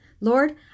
lord